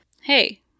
hey